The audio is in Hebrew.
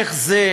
איך זה,